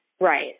Right